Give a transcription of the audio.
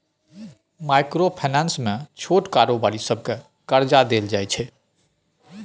micro finance मे छोट कारोबारी सबकेँ करजा देल जाइ छै